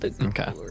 Okay